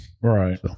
Right